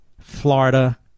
Florida